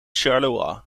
charleroi